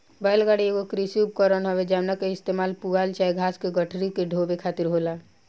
बैल गाड़ी एगो कृषि उपकरण हवे जवना के इस्तेमाल पुआल चाहे घास के गठरी के ढोवे खातिर होला